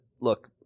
look